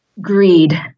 Greed